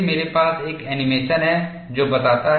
मेरे पास एक एनीमेशन है जो बताता है